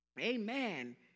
Amen